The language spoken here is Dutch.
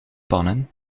pannen